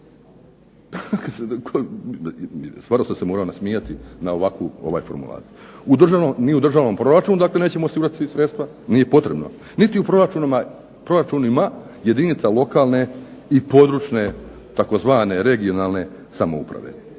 Stvarno sam se morao nasmijati na ovakvu formulaciju. U državnom, ni u državnom proračunu dakle nećemo osigurati sredstva, nije potrebno, niti u proračunima jedinica lokalne i područne tzv. regionalne samouprave,